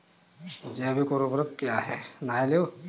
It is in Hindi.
जैव ऊर्वक क्या है?